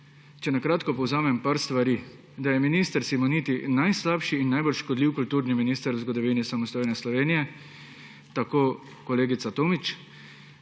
če na kratko povzamem nekaj stvari. Da je minister Simoniti najslabši in najbolj škodljiv kulturni minister v zgodovini samostojne Slovenije, tako kolegica Tomić.